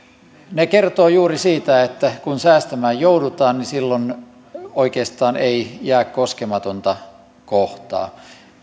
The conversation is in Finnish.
ne kertovat juuri siitä että kun säästämään joudutaan silloin oikeastaan ei jää koskematonta kohtaa